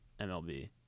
MLB